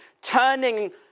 turning